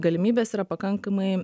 galimybės yra pakankamai